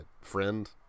friend